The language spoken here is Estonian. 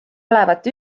olevat